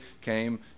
came